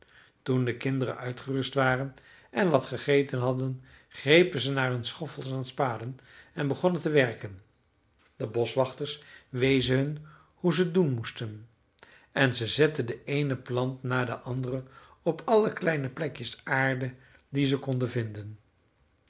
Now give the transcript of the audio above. toen de kinderen uitgerust waren en wat gegeten hadden grepen ze naar hun schoffels en spaden en begonnen te werken de boschwachters wezen hun hoe ze doen moesten en ze zetten de eene plant na de andere op alle kleine plekjes aarde die ze konden vinden